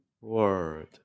world